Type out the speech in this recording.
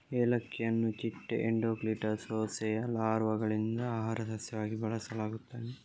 ಏಲಕ್ಕಿಯನ್ನು ಚಿಟ್ಟೆ ಎಂಡೋಕ್ಲಿಟಾ ಹೋಸೆಯ ಲಾರ್ವಾಗಳಿಂದ ಆಹಾರ ಸಸ್ಯವಾಗಿ ಬಳಸಲಾಗುತ್ತದೆ